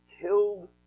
killed